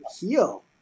heal